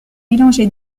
mélangé